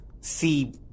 see